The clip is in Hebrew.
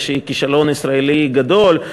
ושהיא כישלון ישראלי גדול,